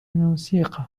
الموسيقى